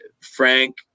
Frank